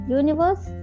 universe